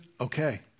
Okay